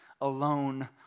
alone